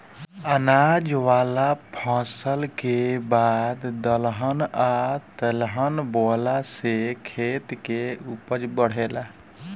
अनाज वाला फसल के बाद दलहन आ तेलहन बोआला से खेत के ऊपज बढ़ेला